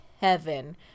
heaven